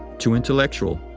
too intellectual.